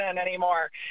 anymore